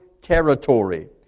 territory